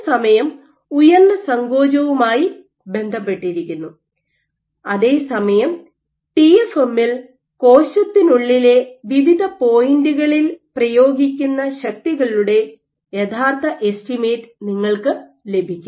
കുറഞ്ഞ സമയം ഉയർന്ന സങ്കോചവുമായി ബന്ധപ്പെട്ടിരിക്കുന്നു അതേസമയം ടിഎഫ്എമ്മിൽ കോശത്തിനുള്ളിലെ വിവിധ പോയിന്റുകളിൽ പ്രയോഗിക്കുന്ന ശക്തികളുടെ യഥാർത്ഥ എസ്റ്റിമേറ്റ് നിങ്ങൾക്ക് ലഭിക്കും